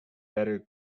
better